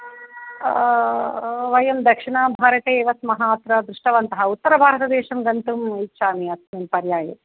वयं दक्षिणभारते एव स्मः अत्र दृष्टवन्तः उत्तरभारतदेशं गन्तुं इच्छामि अस्मिन् पर्याये